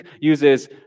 uses